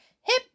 Hip